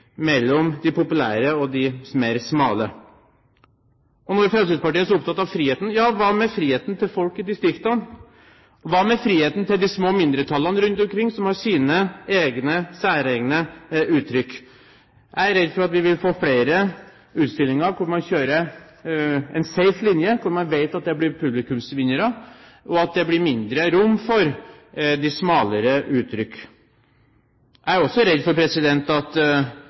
mellom de populære og de mer smale. Fremskrittspartiet er så opptatt av friheten. Ja, hva med friheten til folk i distriktene? Hva med friheten til de små mindretallene rundt omkring, som har sine særegne uttrykk? Jeg er redd for at vi vil få flere utstillinger hvor man kjører en safe linje på det man vet blir publikumsvinnere, og at det blir mindre rom for de smalere uttrykkene. Jeg er også redd for at